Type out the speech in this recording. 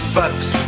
bucks